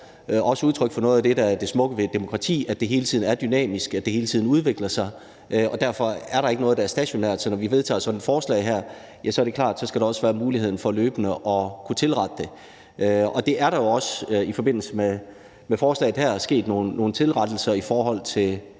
også udtryk for noget af det, der er det smukke ved et demokrati, nemlig at det hele tiden er dynamisk og hele tiden udvikler sig. Der er ikke noget, der er stationært, selv om vi vedtager sådan et forslag som det her, for det er klart, at der også skal være mulighed for løbende at kunne tilrette det. Det er der også i forbindelse med forslaget her. Der er sket nogle tilrettelser i forhold til